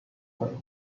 her